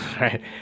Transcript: right